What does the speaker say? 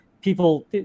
people